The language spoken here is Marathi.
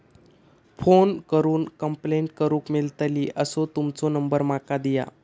फोन करून कंप्लेंट करूक मेलतली असो तुमचो नंबर माका दिया?